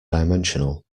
dimensional